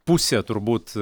pusė turbūt